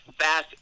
Fast